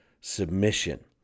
submission